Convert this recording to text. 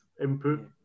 input